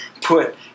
put